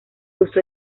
usó